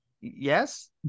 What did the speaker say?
Yes